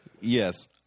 Yes